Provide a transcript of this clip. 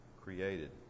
created